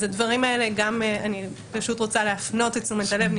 אני רוצה להפנות את תשומת הלב שהדברים